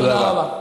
תודה רבה.